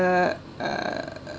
err err